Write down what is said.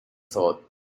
thought